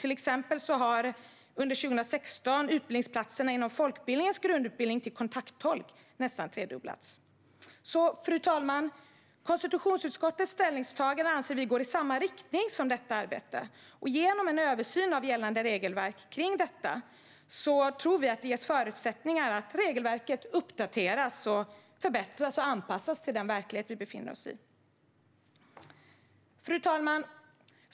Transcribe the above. Till exempel nästan tredubblades utbildningsplatserna inom folkbildningens grundutbildning till kontakttolk under 2016. Fru talman! Konstitutionsutskottets ställningstagande går i linje med detta arbete. Genom en översyn av gällande regelverk möjliggörs att dagens regelverk uppdateras, förbättras och anpassas till den verklighet vi befinner oss i. Fru talman!